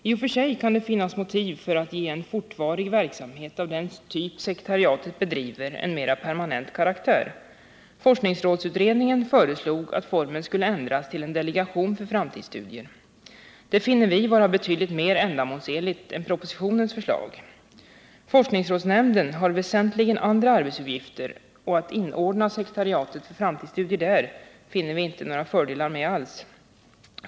I och för sig kan det finnas motiv för att ge en fortvarig verksamhet av den typ sekretariatet bedriver en mer permanent karaktär. Forskningsrådsutredningen föreslog att formen skulle ändras till en delegatior. för framtidsstudier. Det finner vi vara betydligt mer ändamålsenligt än propositionens förslag. Forskningsrådsnämnden har väsentligen andra arbetsuppgifter, och vi finner det inte alls vara förenat med några fördelar att inordna sekretariatet för framtidsstudier där.